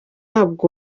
ahabwa